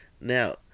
Now